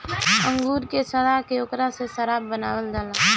अंगूर के सड़ा के ओकरा से शराब बनावल जाला